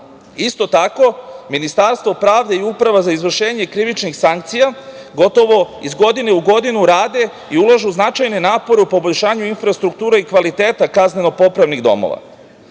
isto tako, Ministarstvo pravde i Uprava za izvršenje krivičnih sankcija, gotovo iz godine u godinu rade i ulažu značajne napore u poboljšanju infrastrukture i kvaliteta kazneno-popravnih domova.